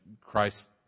christ